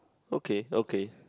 okay okay